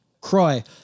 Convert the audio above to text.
Croy